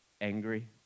angry